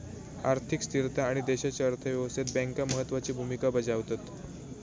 आर्थिक स्थिरता आणि देशाच्या अर्थ व्यवस्थेत बँका महत्त्वाची भूमिका बजावतत